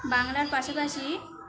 বাংলার পাশাপাশি